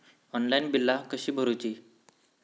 Online बिला कशी भरूची?